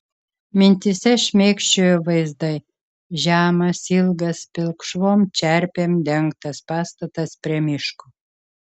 mintyse šmėkščiojo vaizdai žemas ilgas pilkšvom čerpėm dengtas pastatas prie miško